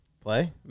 Play